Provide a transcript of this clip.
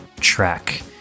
track